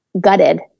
gutted